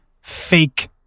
fake